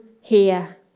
here